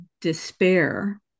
despair